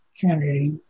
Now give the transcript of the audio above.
Kennedy